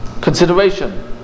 Consideration